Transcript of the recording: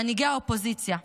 מנהיגי האופוזיציה.